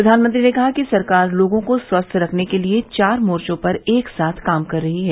प्रधानमंत्री ने कहा कि सरकार लोगों को स्वस्थ रखने के लिए चार मोर्चों पर एक साथ काम कर रही है